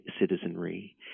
citizenry